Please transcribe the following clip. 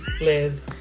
Liz